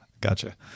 Gotcha